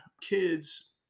kids